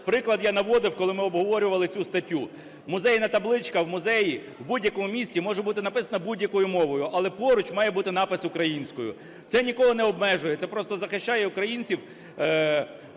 Приклад я наводив, коли ми обговорювали цю статтю. Музейна табличка в музеї, в будь-якому місці може бути написана будь-якою мовою, але поруч має бути напис українською. Це нікого не обмежує. Це просто захищає українців